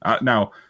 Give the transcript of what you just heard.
Now